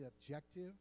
objective